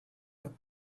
the